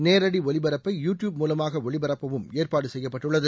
நேரடி ஒலிபரப்பை YouTube மூலமாக ஒளிபரப்பவும் ஏற்பாடு செய்யப்பட்டுள்ளது